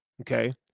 okay